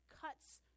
cuts